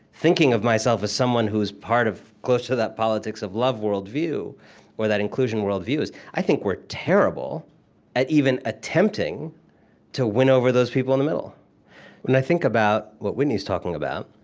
thinking of myself as someone who is part of closer to that politics of love worldview or that inclusion worldview, is, i think we're terrible at even attempting to win over those people in the middle when i think about what whitney's talking about,